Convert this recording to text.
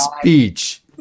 speech